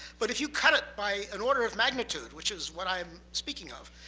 but if you cut it by an order of magnitude, which is what i'm speaking of,